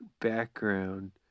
background